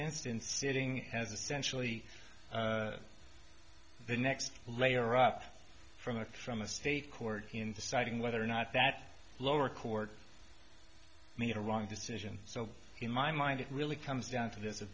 instance sitting as essentially the next layer up from a from a state court in deciding whether or not that lower court made a wrong decision so in my mind it really comes down to